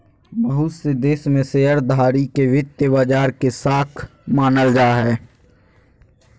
बहुत से देश में शेयरधारी के वित्तीय बाजार के शाख मानल जा हय